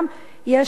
יש לו קדימות.